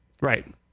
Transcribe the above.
Right